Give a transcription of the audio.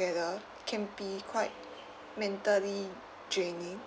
~gether can be quite mentally draining